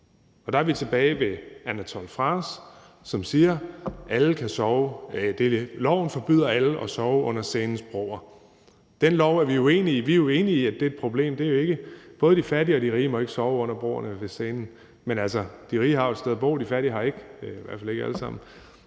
Der er vi tilbage ved Anatole France, som siger, at loven forbyder alle at sove under Seinens broer. Den lov er vi uenige i. Vi er enige i, at det er et problem for alle. Hverken de fattige eller de rige må sove under broerne ved Seinen, men de rige har jo et sted at bo, og det har de fattige ikke – i hvert fald ikke alle sammen.